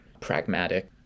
pragmatic